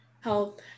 health